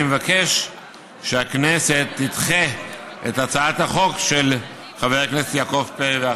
אני מבקש שהכנסת תדחה את הצעת החוק של חבר הכנסת יעקב פרי ואחרים.